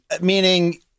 meaning